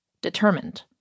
determined